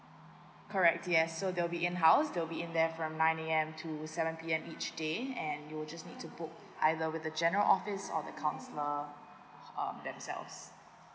correct yes so they will be in house the will be in there from nine A_M to seven P_M each day and you just need to book either with the general office or the counsellor um themselves